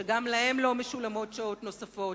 שגם להם לא משולמות שעות נוספות,